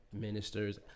ministers